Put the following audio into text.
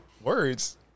Words